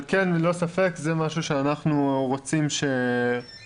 כן ללא ספק זה משהו שאנחנו רוצים שיקרה.